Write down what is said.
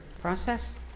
process